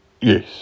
Yes